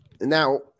Now